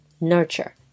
Nurture